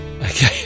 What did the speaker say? Okay